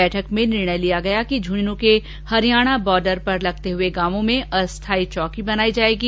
बैठक में निर्णय लिया गया कि झूंझन् के हरियाणा बॉर्डर पर लगते हुए गांवों में अस्थायी चौकी बनायी जाएगी